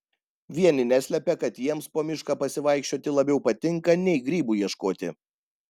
vieni neslepia kad jiems po mišką pasivaikščioti labiau patinka nei grybų ieškoti